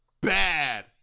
bad